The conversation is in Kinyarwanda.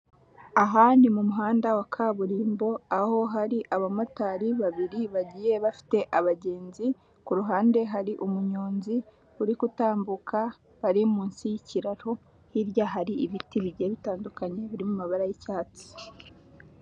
Aha ni mu muhanda wa kaburimbo aho hari abamotari babiri bagiye bafite abagenzi, ku ruhande hari umunyonzi uri gutambuka bari munsi y'ikiraro, hirya hari ibiti bigiye bitandukanye biri mu mabara y'icyatsi.